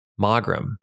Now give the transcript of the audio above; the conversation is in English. Magram